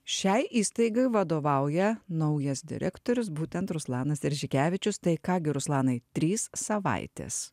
šiai įstaigai vadovauja naujas direktorius būtent ruslanas iržikevičius tai ką gi ruslanai trys savaitės